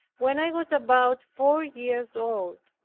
when i was about four years old.